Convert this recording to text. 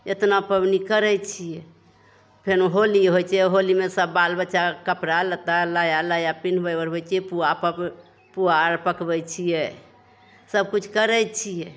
एतना पाबनि करै छियै फेर होली होइ छै होलीमे सब बालबच्चाके कपड़ा लत्ता नया नया पिन्हबै ओढ़बै छियै पूआ पकबै पूआ आर पकबै छियै सबकिछु करै छियै